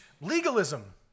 legalism